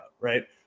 right